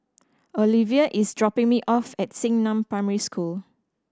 Oliva is dropping me off at Xingnan Primary School